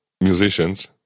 musicians